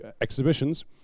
exhibitions